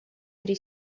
три